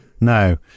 No